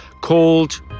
called